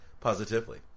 positively